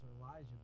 Elijah